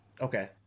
Okay